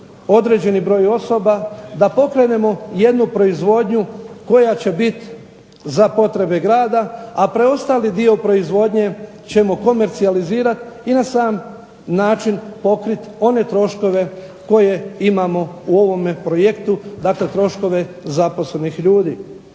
određeni broj osoba, da pokrenemo jednu proizvodnju koja će biti za potrebe grada, a preostali dio proizvodnje ćemo komercijalizirati i na sam način pokrit one troškove koje imamo u ovome projektu. Dakle, troškove zaposlenih ljudi.